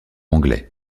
anglais